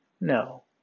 No